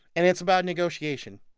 and it's about negotiation.